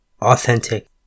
authentic